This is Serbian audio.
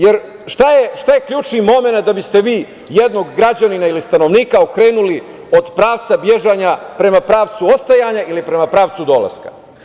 Jer šta je ključni momenat da biste vi jednog građanina ili stanovnika okrenuli od pravca bežanja prema pravcu ostajanja ili prema pravcu dolaska?